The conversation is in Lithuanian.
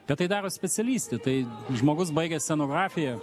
bet tai daro specialistė tai žmogus baigęs scenografiją